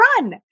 run